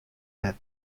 net